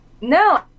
no